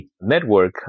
network